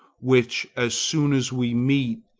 which, as soon as we meet,